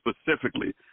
specifically